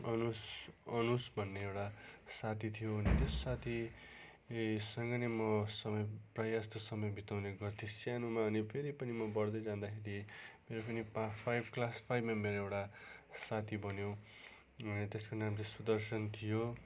अनुस अनुस भन्ने एउटा साथी थियो अनि त्यस साथीसँग नै म समय प्राय जस्तो समय बिताउने गर्थे सानो अनि फेरि पनि म बढ्दै जाँदाखेरि मेरो पनि फा फाइभ क्लास फाइभमा मेरो एउटा साथी बन्यो अनि त्यसको नाम चाहिँ सुदर्शन थियो